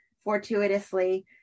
fortuitously